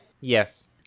Yes